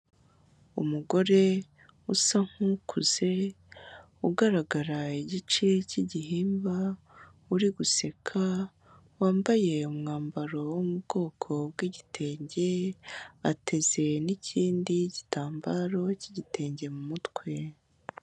Umugore usa nk'ukuze ugaragara igice cy'igihimba uri guseka wambaye umwambaro wo mu bwoko bwiigitenge, atezeye n'ikindi gitambaro cy'igitenge mu mutwe.